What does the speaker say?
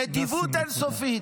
נדיבות אין-סופית.